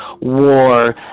war